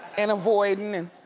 and avoidin'.